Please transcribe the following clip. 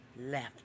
left